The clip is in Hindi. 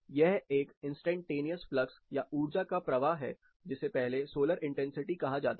यह एक इंस्टैन्टेनियस फ्लक्स या ऊर्जा का प्रवाह है जिसे पहले सोलर इंटेंसिटी कहा जाता था